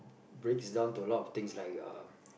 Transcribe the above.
breaks down to a lot of things like uh